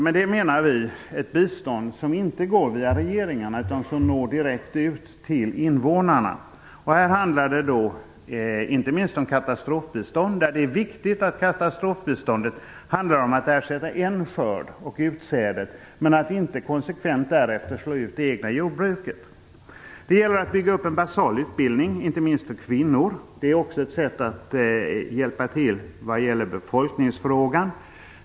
Med det menar vi ett bistånd som inte går via regeringarna utan når direkt ut till invånarna. Det handlar inte minst om katastrofbistånd. Det är viktigt att katastrofbiståndet ersätter en skörd och utsädet, men inte konsekvent därefter slår ut det egna jordbruket. Det gäller att bygga upp en basal utbildning inte minst för kvinnor. Det är också ett sätt att hjälpa till vad gäller befolkningsfrågan.